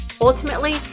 Ultimately